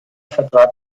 vertrat